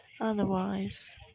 Otherwise